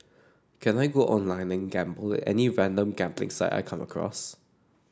can I go online and gamble at any random gambling site I come across